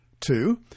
Two